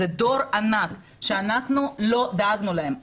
זה דור ענק שלא דאגנו להם.